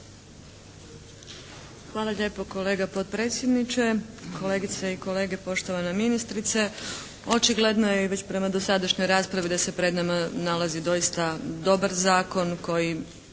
Hvala lijepo, kolega potpredsjedniče. Kolegice i kolege, poštovana ministrice. Očigledno je već prema dosadašnjoj raspravi da se pred nama nalazi doista dobar zakon koji